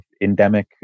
endemic